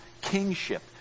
kingship